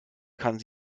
kann